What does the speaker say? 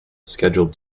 scheduled